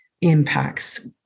impacts